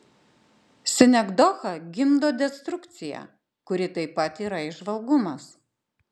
sinekdocha gimdo destrukciją kuri taip pat yra įžvalgumas